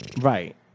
Right